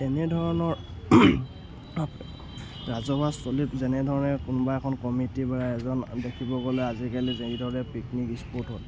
এনেধৰণৰ ৰাজহুৱাস্থলীত যেনেধৰণে কোনোবা এখন কমিটি বা এজন দেখিব গ'লে আজিকালি যিদৰে পিকনিক স্পট হ'ল